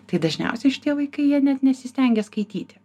tai dažniausiai šitie vaikai jie net nesistengia skaityti